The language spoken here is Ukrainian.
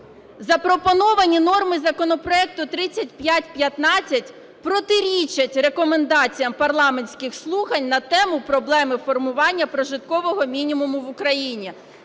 "Запропоновані норми законопроекту 3515 протирічать Рекомендаціям парламентських слухань на тему: "Проблеми формування прожиткового мінімуму в Україні".